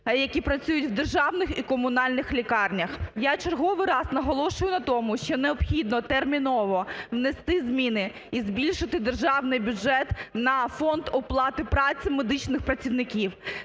які працюють в державних і комунальних лікарнях. Я в черговий раз наголошую на тому, що необхідно терміново внести зміни і збільшити державний бюджет на фонд оплати праці медичних працівників.